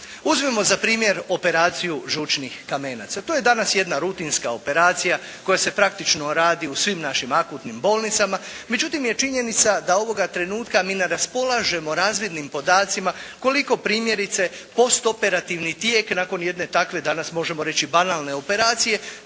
Uzmimo za primjer operaciju žučnih kamenaca. To je danas jedna rutinska operacija koja se praktično radi u svim našim akutnim bolnicama. Međutim je činjenica da ovoga trenutka mi ne raspolažemo razvidnim podacima koliko primjerice postoperativni tijek nakon jedne takve danas možemo reći banalne operacije